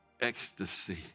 ecstasy